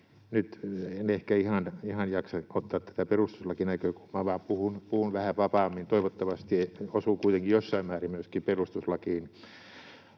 nyt en ehkä ihan jaksa ottaa tätä perustuslakinäkökulmaa vaan puhun vähän vapaammin — toivottavasti osuu kuitenkin jossain määrin myöskin perustuslakiin.